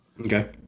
Okay